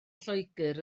lloegr